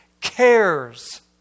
cares